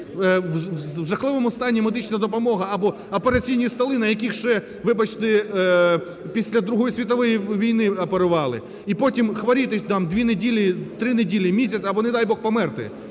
в жахливому стані медична допомога або операційні столи, на яких ще, вибачте, після Другої світової війни оперували, і потім хворіти там дві неділі, три неділі, місяць або, не дай Бог, померти,